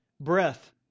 breath